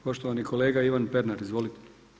Poštovani kolega Ivan Pernar, izvolite.